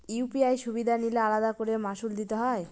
UPI সুবিধা নিলে আলাদা করে মাসুল দিতে হয়?